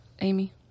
Amy